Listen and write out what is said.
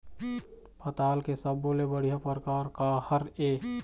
पताल के सब्बो ले बढ़िया परकार काहर ए?